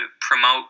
promote